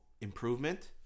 improvement